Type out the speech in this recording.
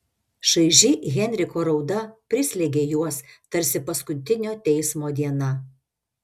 šaiži henriko rauda prislėgė juos tarsi paskutinio teismo diena